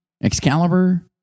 Excalibur